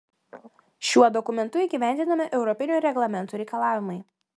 šiuo dokumentu įgyvendinami europinių reglamentų reikalavimai